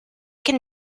can